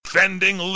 Defending